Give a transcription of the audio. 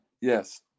Yes